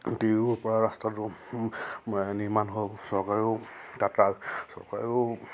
টিউৰপৰা ৰাস্তাটো নিৰ্মাণ হ'ল চৰকাৰেও তাত চৰকাৰেও